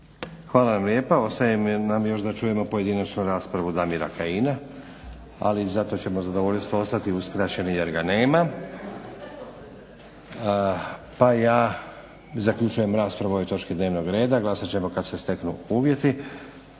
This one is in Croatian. Hvala vam lijepa. Ostaje nam još da čujemo pojedinačnu raspravu Damira Kajina, ali za to ćemo zadovoljstvo ostati uskraćeni jer ga nema pa ja zaključujem raspravu o ovoj točki dnevnog reda. Glasat ćemo kad se steknu uvjeti.